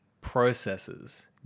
processes